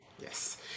Yes